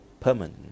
permanent